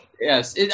yes